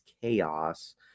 chaos